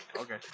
Okay